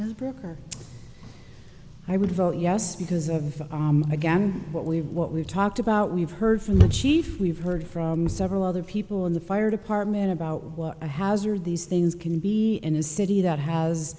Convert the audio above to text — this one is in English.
blanche booker i would vote yes because of again what we've what we've talked about we've heard from the chief we've heard from several other people in the fire department about what a hazard these things can be in a city that has